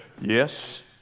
yes